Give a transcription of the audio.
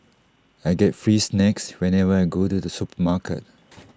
I get free snacks whenever I go to the supermarket